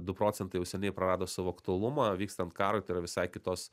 du procentai jau seniai prarado savo aktualumą vykstant karui tai yra visai kitos